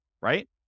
right